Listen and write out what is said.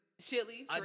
Chili